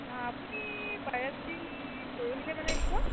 অঁ আপুনি পাৰে যদি পৰহিলৈ মানে আহিব